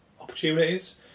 opportunities